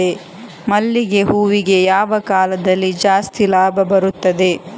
ಮಲ್ಲಿಗೆ ಹೂವಿಗೆ ಯಾವ ಕಾಲದಲ್ಲಿ ಜಾಸ್ತಿ ಲಾಭ ಬರುತ್ತದೆ?